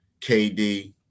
KD